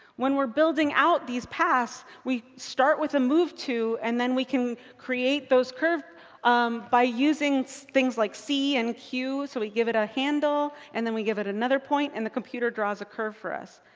when we're building out these paths, we start with a move to and then we can create those curves um by using things like c and q. so we give it a handle and then we give it another point and the computer draws a curve for us.